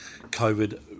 covid